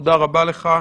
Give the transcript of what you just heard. תודה רבה לך.